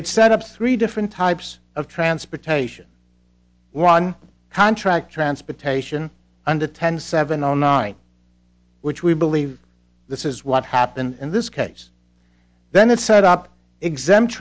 it set up three different types of transportation one contract transportation under ten seven on nine which we believe this is what happened in this case then it set up exempt